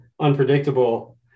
unpredictable